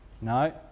No